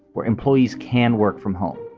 where employees can work from home.